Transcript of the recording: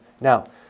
Now